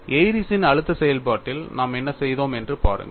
ஏரிஸ்ன் Airy's அழுத்த செயல்பாட்டில் நாம் என்ன செய்தோம் என்று பாருங்கள்